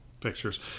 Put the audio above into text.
pictures